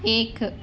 ایک